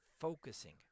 focusing